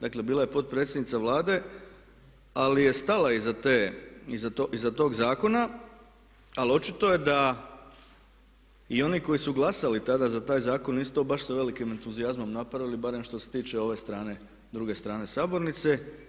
Dakle bila je potpredsjednica Vlade ali je stala iza tog zakona, ali očito je da i oni koji su glasali tada za taj zakon nisu to baš sa veliki entuzijazmom napravili barem što se tiče ove strane, druge strane sabornice.